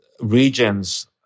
regions